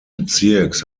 bezirks